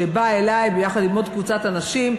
שבאה אלי עם עוד קבוצת אנשים,